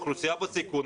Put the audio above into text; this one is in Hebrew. לאוכלוסייה בסיכון,